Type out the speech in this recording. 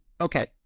Okay